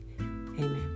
Amen